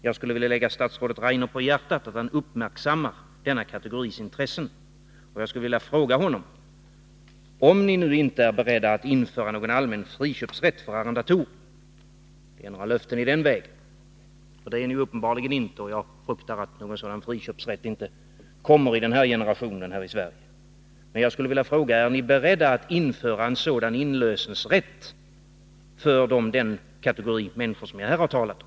Jag vill lägga statsrådet Rainer på hjärtat att uppmärksamma denna kategoris intressen och samtidigt fråga honom: Om ni nu inte är beredda att införa någon allmän friköpsrätt för arrendatorer eller villiga att ge några löften i den vägen — det är ni uppenbarligen inte, och jag fruktar att någon sådan friköpsrätt inte kommer här i Sverige i denna generation — är ni då beredda att införa en sådan inlösensrätt för den kategori människor som jag här har talat om?